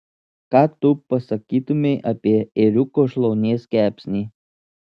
ką tu pasakytumei apie ėriuko šlaunies kepsnį